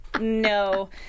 No